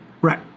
Right